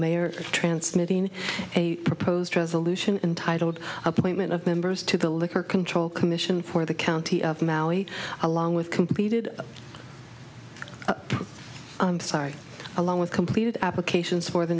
mayor of transmitting a proposed resolution entitled appointment of members to the liquor control commission for the county of maui along with completed site along with completed applications for the